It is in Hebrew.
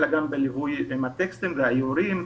אלא גם בליווי עם הטקסטים והאיורים.